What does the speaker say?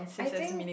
I think